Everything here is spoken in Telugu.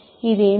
ఇది ఏమిటి